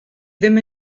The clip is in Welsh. ddim